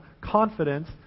confidence